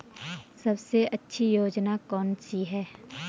सबसे अच्छी योजना कोनसी है?